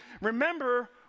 Remember